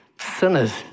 Sinners